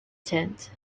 tent